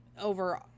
over